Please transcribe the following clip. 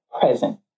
present